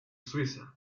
suiza